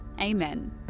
Amen